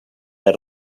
del